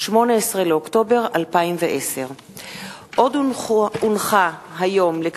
18 באוקטובר 2010. עוד הונחו היום על שולחן הכנסת,